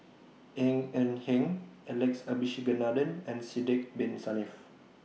Ng Eng Hen Alex Abisheganaden and Sidek Bin Saniff